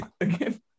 again